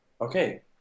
okay